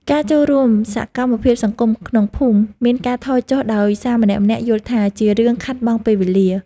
ការចូលរួមសកម្មភាពសង្គមក្នុងភូមិមានការថយចុះដោយសារម្នាក់ៗយល់ថា ជារឿងខាតបង់ពេលវេលា។